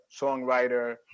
songwriter